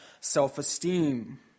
self-esteem